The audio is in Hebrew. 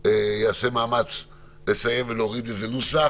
ייעשה מאמץ לסיים ולהוריד איזה נוסח,